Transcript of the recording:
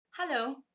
Hello